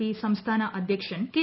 P സംസ്ഥാന അദ്ധ്യക്ഷൻ K